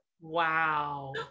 Wow